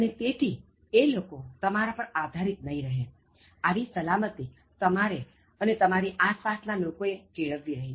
અને તેથી તે લોકો તમારા પર આધારિત નહિ રહે આવી સલામતી તમારે અને તમારી આસ પાસ ના લોકોએ કેળવવી રહી